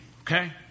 okay